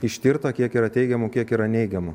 ištirta kiek yra teigiamų kiek yra neigiamų